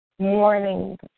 morning